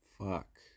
Fuck